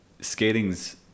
skating's